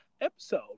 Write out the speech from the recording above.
episode